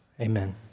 Amen